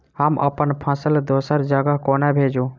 हम अप्पन फसल दोसर जगह कोना भेजू?